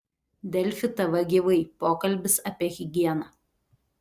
delfi tv gyvai pokalbis apie higieną